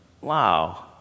wow